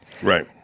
Right